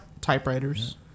Typewriters